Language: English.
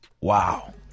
Wow